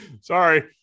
Sorry